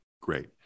Great